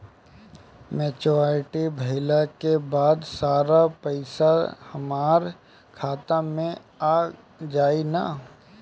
Maturity भईला के बाद सारा पईसा हमार खाता मे आ जाई न?